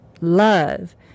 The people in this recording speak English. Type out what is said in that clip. love